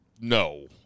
No